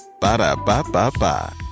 Ba-da-ba-ba-ba